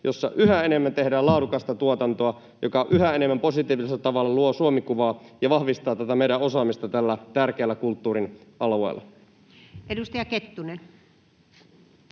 koputtaa] enemmän tehdään laadukasta tuotantoa, joka yhä enemmän positiivisella tavalla luo Suomi-kuvaa ja vahvistaa meidän osaamistamme tällä tärkeällä kulttuurin alueella. [Speech